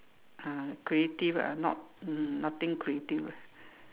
ah creative ah not nothing creative ah